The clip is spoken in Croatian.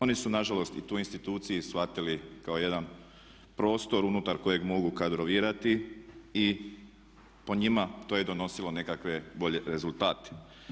Oni su nažalost i tu instituciju shvatili kao jedan prostor unutar kojeg mogu kadrovirati i po njima to je donosilo nekakve bolje rezultate.